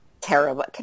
terrible